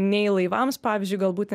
nei laivams pavyzdžiui galbūt